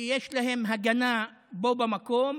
כי יש להם הגנה בו במקום